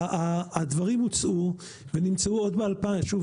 הדברים הוצעו ונמצאו עוד ב- -- שוב,